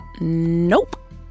Nope